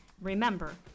Remember